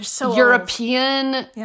European